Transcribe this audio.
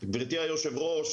גבירתי היושבת-ראש,